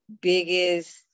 biggest